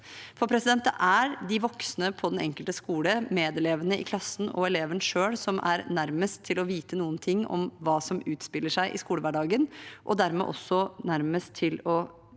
mulig eleven. Det er de voksne på den enkelte skole, medelevene i klassen og eleven selv som er nærmest til å vite noe om hva som utspiller seg i skolehverdagen, og dermed også nærmest til å vite